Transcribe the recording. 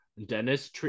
Dennis